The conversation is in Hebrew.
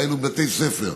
דהיינו בתי ספר,